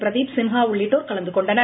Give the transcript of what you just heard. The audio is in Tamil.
பிரதீப் சின்ஹா உள்ளிட்டோர் கலந்து கொண்டனர்